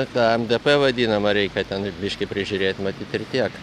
tą mdp vadinamą reikia ten biškį prižiūrėt matyt ir tiek